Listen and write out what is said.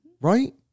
right